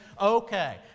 okay